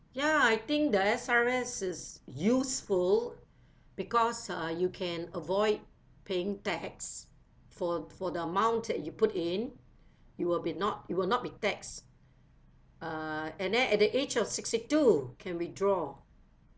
yeah I think the S_R_S is useful because uh you can avoid paying tax for for the amount that you put in you will be not you will not be taxed err and then at the age of sixty-two can withdraw